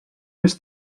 més